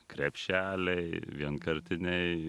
krepšeliai vienkartiniai